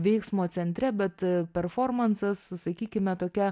veiksmo centre bet performansas sakykime tokia